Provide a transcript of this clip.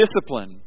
discipline